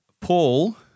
Paul